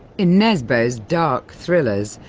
in nesbo's dark thrillers,